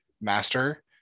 master